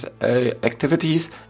activities